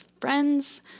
friends